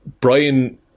Brian